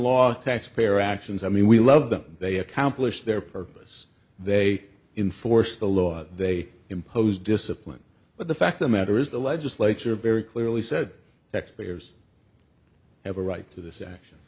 law taxpayer actions i mean we love them they accomplish their purpose they inforce the law they impose discipline but the fact the matter is the legislature very clearly said that players have a right to this action